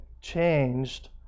Changed